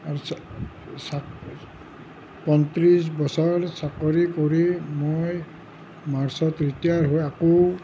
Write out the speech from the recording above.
পঁয়ত্ৰিছ বছৰ চাকৰি কৰি মই মাৰ্চত ৰিটাই হৈ আকৌ